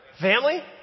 family